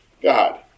God